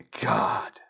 God